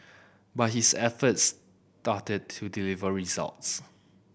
but his efforts started to deliver results